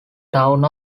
town